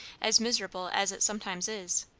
as miserable as it sometimes is.